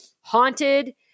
haunted